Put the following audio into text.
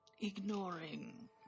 ignoring